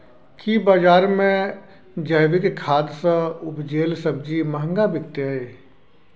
की बजार मे जैविक खाद सॅ उपजेल सब्जी महंगा बिकतै?